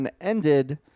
ended